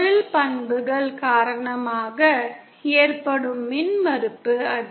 பொருள் பண்புகள் காரணமாக ஏற்படும் மின்மறுப்பு அது